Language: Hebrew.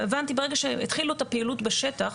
הבנתי, ברגע שהתחילו את הפעילות בשטח,